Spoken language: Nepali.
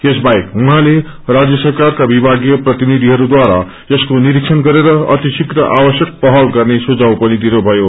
यसबाहेक उछौँले राज्य सरकारका विभ्रीय प्रतिनिधिहरूद्वारा यसको निरीक्षण गरेर अतिशीप्र आवश्यक पहल गर्ने सुझाव पनि दिनुमयो